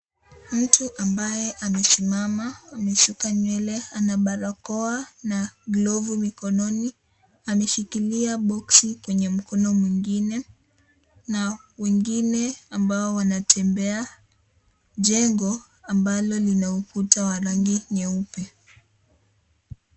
Mtu ambaye amesimama amesuka nywele ana barakoa na glovu mikononi ameshikilia boxi kwenye mkono mwingine na wengine ambao wanatembea. Jengo ambalo lina ukuta wa rangi nyeupe.